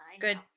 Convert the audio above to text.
Good